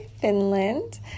Finland